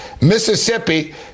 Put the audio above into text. Mississippi